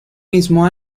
mismo